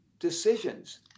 decisions